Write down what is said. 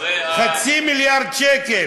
חצי מיליארד שקל.